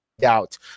doubt